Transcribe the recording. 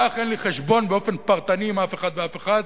כך אין לי חשבון באופן פרטני עם אף אחד ואף אחת,